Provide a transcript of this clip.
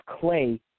clay